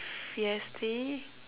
feisty